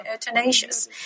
tenacious